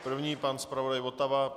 První pan zpravodaj Votava.